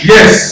Yes